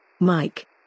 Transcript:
Mike